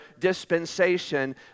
dispensation